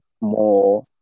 more